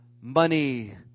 money